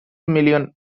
million